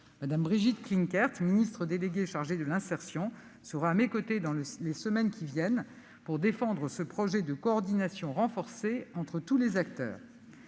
Mme Brigitte Klinkert, ministre déléguée chargée de l'insertion, sera à mes côtés, dans les semaines qui viennent, pour défendre ce projet de coordination renforcée entre tous les acteurs.